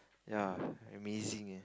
ya amazing eh